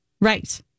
right